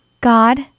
God